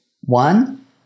One